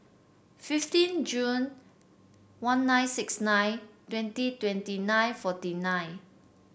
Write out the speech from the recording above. fifteen June one nine six nine twenty twenty nine forty nine